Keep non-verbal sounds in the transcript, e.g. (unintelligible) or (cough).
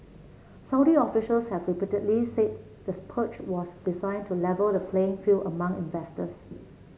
Saudi officials have repeatedly said the (unintelligible) was designed to level the playing field among investors